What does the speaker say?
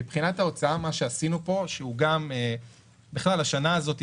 מבחינת ההוצאה, מה שעשינו פה בכלל, השנה הזאת,